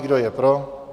Kdo je pro?